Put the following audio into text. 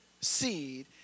seed